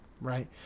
right